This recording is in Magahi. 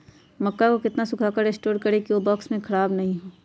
मक्का को कितना सूखा कर स्टोर करें की ओ बॉक्स में ख़राब नहीं हो?